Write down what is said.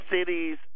cities